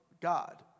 God